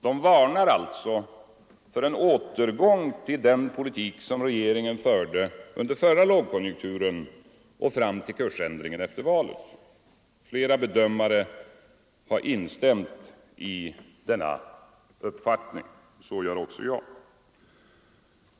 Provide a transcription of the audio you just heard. De varnar alltså för en återgång till den politik som regeringen förde under förra lågkonjunkturen och fram till kursändringen efter valet. Flera bedömare har instämt i denna uppfattning — så gör också jag.